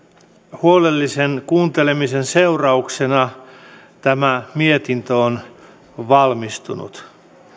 huolellisen kuuntelemisen seurauksena tämä mietintö on valmistunut